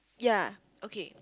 ya okay